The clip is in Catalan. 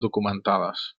documentades